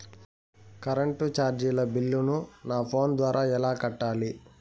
Current చార్జీల బిల్లును, నా ఫోను ద్వారా ఎలా కట్టాలి?